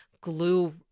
glue